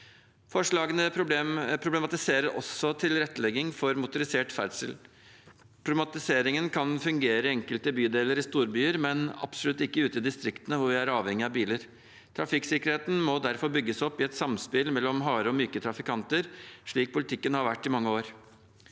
Forslagene problematiserer også tilrettelegging for motorisert ferdsel. Problematiseringen kan fungere i enkelte bydeler i storbyer, men absolutt ikke ute i distriktene, hvor vi er avhengig av biler. Trafikksikkerheten må derfor bygges opp i et samspill mellom harde og myke trafikanter, slik politikken har vært i mange år.